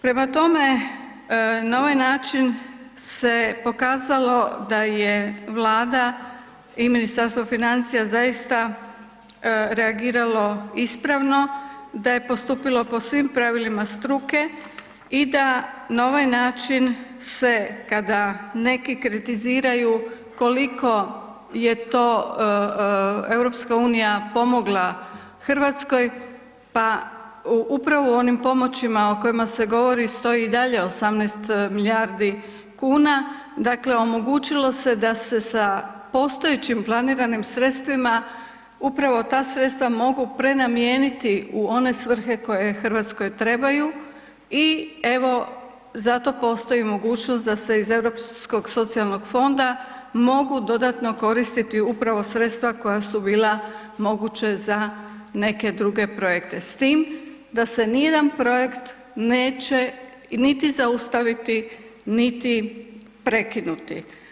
Prema tome, na ovaj način se pokazalo da je Vlada i Ministarstvo financija zaista reagiralo ispravno, da je postupilo po svim pravilima struke i da na ovaj način se kada neki kritiziraju koliko je to EU pomogla Hrvatskoj, pa upravo u onim pomoćima stoji i dalje 18 milijardi kuna, dakle omogućilo se da se sa postojećim planiranim sredstvima upravo ta sredstva mogu prenamijeniti u one svrhe koje Hrvatskoj trebaju i evo za to postoji mogućnost da se iz Europskog socijalnog fonda mogu dodatno koristiti upravo sredstva koja su bila moguća za neke druge projekte, s tim da se nijedan projekt neće niti zaustaviti, niti prekinuti.